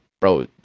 bro